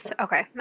okay